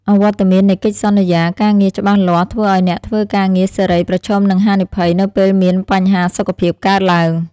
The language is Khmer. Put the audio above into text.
អវត្តមាននៃកិច្ចសន្យាការងារច្បាស់លាស់ធ្វើឱ្យអ្នកធ្វើការងារសេរីប្រឈមនឹងហានិភ័យនៅពេលមានបញ្ហាសុខភាពកើតឡើង។